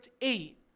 eight